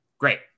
Great